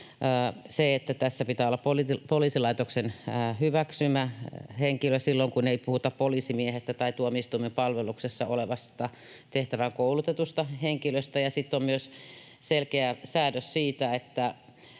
se, että tässä pitää olla poliisilaitoksen hyväksymä henkilö silloin, kun ei puhuta poliisimiehestä tai tuomioistuimen palveluksessa olevasta, tehtävään koulutetusta henkilöstä. Sitten on myös selkeä säädös siitä, että